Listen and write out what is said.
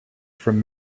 from